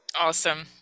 Awesome